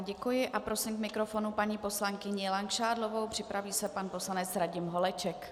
Děkuji a prosím k mikrofonu paní poslankyni Langšádlovou, připraví se pan poslanec Radim Holeček.